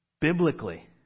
Biblically